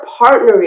partnering